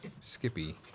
Skippy